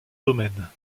domaine